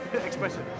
expressive